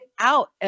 out